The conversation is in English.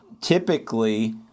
Typically